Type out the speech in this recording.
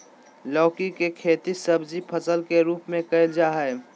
लौकी के खेती सब्जी फसल के रूप में कइल जाय हइ